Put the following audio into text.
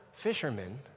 Fishermen